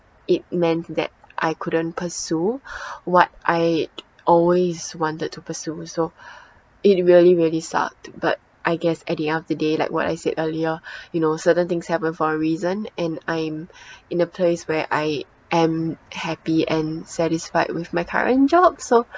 it meant that I couldn't pursue what I always wanted to pursue so it really really sucked but I guess at the end of the day like what I said earlier you know certain things happen for a reason and I'm in a place where I am happy and satisfied with my current job so